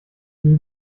die